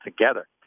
together